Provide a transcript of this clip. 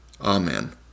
Amen